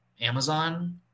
Amazon